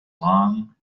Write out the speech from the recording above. long